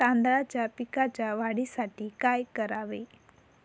तांदळाच्या पिकाच्या वाढीसाठी काय करावे?